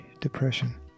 Depression